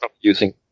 Using